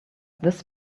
this